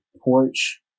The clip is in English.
porch